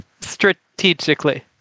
strategically